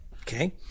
Okay